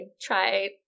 try